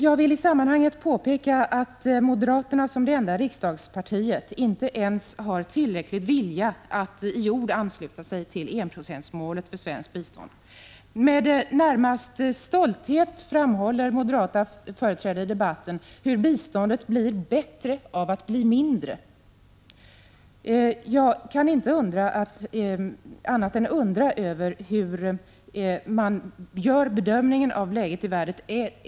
Jag vill i sammanhanget påpeka att moderaterna som det enda riksdagspartiet inte ens har tillräcklig vilja att i ord ansluta sig till enprocentsmålet för svenskt bistånd. Med närmast stolthet framhåller moderata företrädare i debatten hur biståndet blir bättre av att bli mindre. Jag kan inte annat än undra över hur man gör bedömningen av läget i världen.